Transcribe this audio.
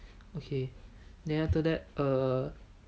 okay then after that err